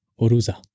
orusa